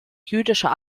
jüdischer